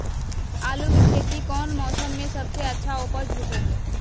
आलू की खेती कौन मौसम में सबसे अच्छा उपज होबो हय?